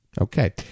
Okay